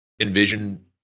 envision